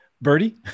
Birdie